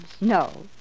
No